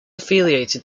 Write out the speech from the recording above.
affiliated